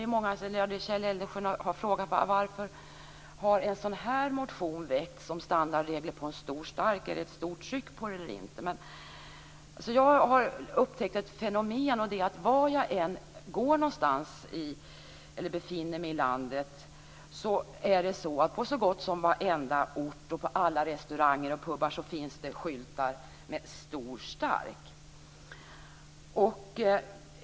Kjell Eldensjö har frågat mig varför en sådan här motion om standardregler på en stor stark har väckts. Är det ett stort tryck på det här? Jag har upptäckt ett fenomen. Var jag än går någonstans, var jag än befinner mig i landet, på så gott som varenda ort och på alla restauranger och pubar så finns det skyltar med stor stark.